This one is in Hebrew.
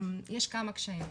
יש כמה קשיים,